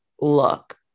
look